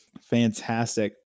Fantastic